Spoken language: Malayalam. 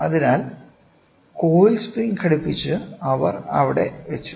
അതിനാൽ കോയിൽ സ്പ്രിംഗ് ഘടിപ്പിച്ച് അവർ ഇവിടെ വച്ചു